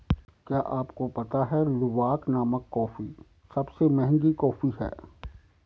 क्या आपको पता है लूवाक नामक कॉफ़ी सबसे महंगी कॉफ़ी है?